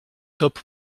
top